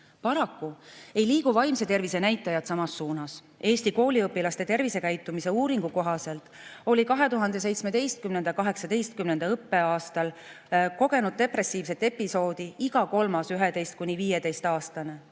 ei liigu vaimse tervise näitajad samas suunas. Eesti kooliõpilaste tervisekäitumise uuringu kohaselt oli 2017/2018. õppeaastal kogenud depressiivset episoodi iga kolmas 11–15‑aastane.